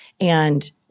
And-